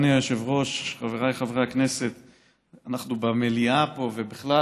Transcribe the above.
הכנסת, אנחנו, במליאה פה ובכלל